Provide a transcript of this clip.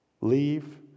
leave